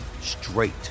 straight